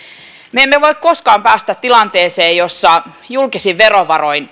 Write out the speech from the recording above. me emme voi koskaan päästä tilanteeseen jossa julkisin verovaroin